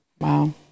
wow